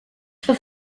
for